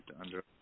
under-